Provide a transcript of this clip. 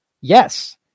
yes